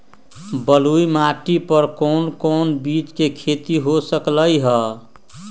बलुई माटी पर कोन कोन चीज के खेती हो सकलई ह?